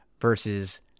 Versus